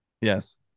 Yes